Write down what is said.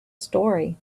story